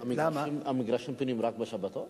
המגרשים פנויים רק בשבתות?